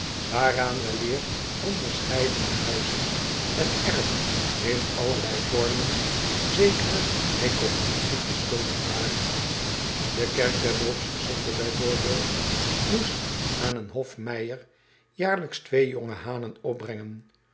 waaraan weleer onderscheidene huizen en erven in allerlei vormen zekere recognitie verschuldigd waren e kerk der oopsgezinden b v moest aan den hofmeijer jaarlijks twee jonge hanen opbrengen